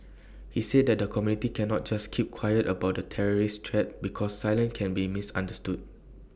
he said that the community cannot just keep quiet about the terrorist threat because silence can be misunderstood